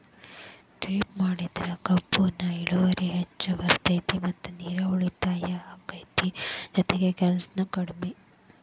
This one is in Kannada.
ಡ್ರಿಪ್ ಮಾಡಿದ್ರ ಕಬ್ಬುನ ಇಳುವರಿ ಹೆಚ್ಚ ಬರ್ತೈತಿ ಮತ್ತ ನೇರು ಉಳಿತಾಯ ಅಕೈತಿ ಜೊತಿಗೆ ಕೆಲ್ಸು ಕಡ್ಮಿ